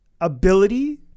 ability